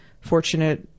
fortunate